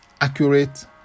accurate